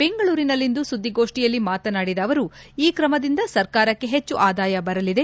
ಬೆಂಗಳೂರಿನಲ್ಲಿಂದು ಸುದ್ವಿಗೋಷ್ಠಿಯಲ್ಲಿ ಮಾತನಾಡಿದ ಅವರು ಈ ತ್ರಮದಿಂದ ಸರ್ಕಾರಕ್ಕೆ ಹೆಚ್ಚು ಆದಾಯ ಬರಲಿದೆ